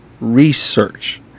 research